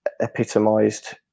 epitomised